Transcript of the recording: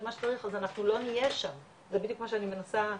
מה שצריך אז אנחנו לא נהיה שם זה בדיוק מה שאני מנסה להגיד,